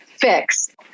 fix